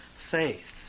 faith